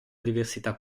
diversità